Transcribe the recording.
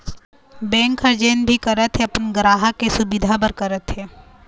bank ह जेन भी करत हे अपन गराहक के सुबिधा बर करत हे